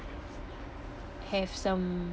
have some